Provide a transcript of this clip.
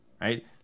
right